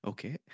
Okay